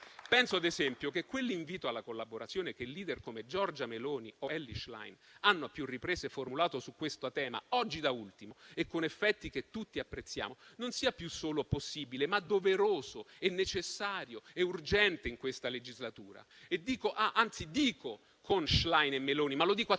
Penso ad esempio che l'invito alla collaborazione - che *leader* come Giorgia Meloni o Elly Schlein - hanno, a più riprese, formulato su questo tema, oggi da ultimo, e con effetti che tutti apprezziamo - non sia più solo possibile, ma doveroso, necessario e urgente in questa legislatura. Anzi dico, con Schlein e Meloni, a tutti i *leader*